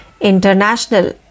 international